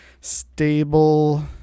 Stable